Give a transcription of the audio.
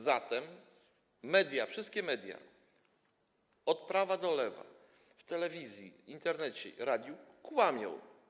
Zatem media, wszystkie media, od prawa do lewa, w telewizji, Internecie i radiu, kłamią.